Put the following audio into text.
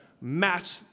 match